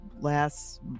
last